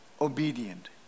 obedient